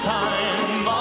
time